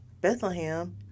Bethlehem